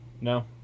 No